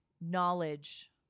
knowledge